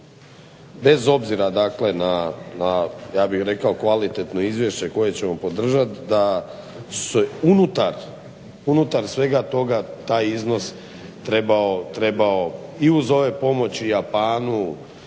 ja bih rekao kvalitetno izvješće koje ćemo podržat, da se unutar svega toga taj iznos trebao i uz ove pomoći Japanu,